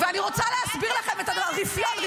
ואני רוצה להסביר לכם את הדבר, רפיון.